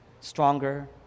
Stronger